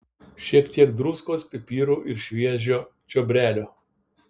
šiek tiek druskos pipirų ir šviežio čiobrelio